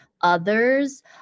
others